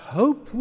hope